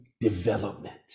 development